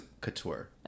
couture